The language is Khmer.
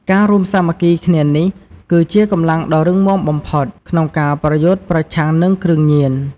ការរួមសាមគ្គីគ្នានេះគឺជាកម្លាំងដ៏រឹងមាំបំផុត ក្នុងការប្រយុទ្ធប្រឆាំងនិងគ្រឿងញៀន។